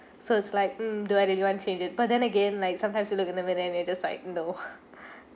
so it's like mm do I really want change it but then again like sometimes you look in the mirror and it just like no